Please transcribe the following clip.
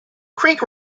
creek